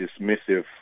dismissive